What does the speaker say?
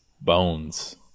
bones